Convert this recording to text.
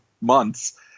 months